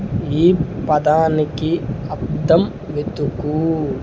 ఈ పదాలకి అర్ధం వెతుకు